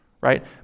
right